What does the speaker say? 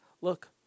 look